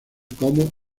como